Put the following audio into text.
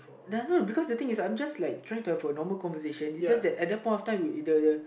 ya I know because the thing is like I'm just like trying to have a normal conversation it's just that at the point of time we have the the